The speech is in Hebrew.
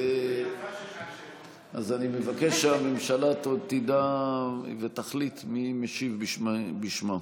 אז אני מבקש שהממשלה תדע ותחליט מי משיב בשמה.